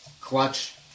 clutch